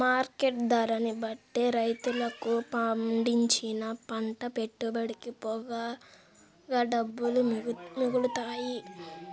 market ధరని బట్టే రైతులకు పండించిన పంట పెట్టుబడికి పోగా డబ్బులు మిగులుతాయి